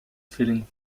feeling